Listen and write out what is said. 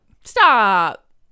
Stop